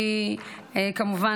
כי כמובן,